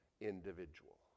individual